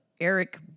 Eric